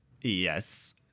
Yes